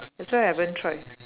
that's why I haven't try